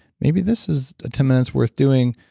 maybe this is a ten minutes' worth doing.